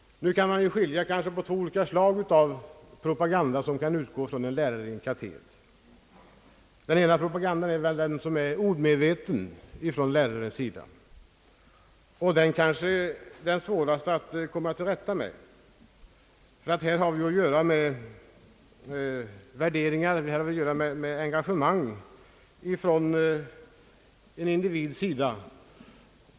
Nu kan man väl skilja mellan två olika slag av propaganda som kan utgå från läraren i en kateder. Det ena slaget är sådan propaganda som läraren omedvetet gör, och den kanske är svårast att komma till rätta med. Här har vi att göra med värderingar och engagemang hos en individ.